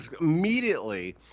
immediately